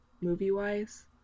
movie-wise